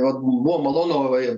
vat buvo malonu paklausyti va